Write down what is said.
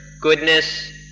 goodness